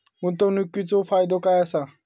गुंतवणीचो फायदो काय असा?